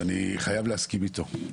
ואני חייב להסכים איתו.